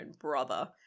brother